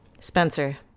Spencer